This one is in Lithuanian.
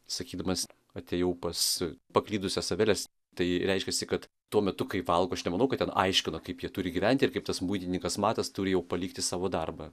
sakydamas atėjau pas paklydusias aveles tai reiškiasi kad tuo metu kai valgo aš nemanau kad ten aiškino kaip jie turi gyventi ir kaip tas muitininkas matas turi jau palikti savo darbą